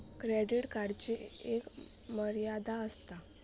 credit कार्डची एक मर्यादा आसता